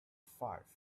five